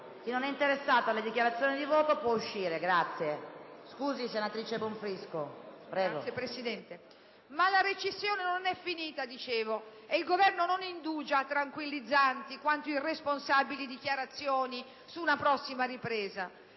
Chi non è interessato alle dichiarazioni di voto può uscire dall'Aula. Prego, senatrice Bonfrisco. BONFRISCO *(PdL)*. Grazie, Presidente. Dicevo, la recessione non è finita ed il Governo non indugia a tranquillizzanti quanto irresponsabili dichiarazioni su una prossima ripresa